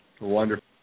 Wonderful